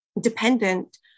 dependent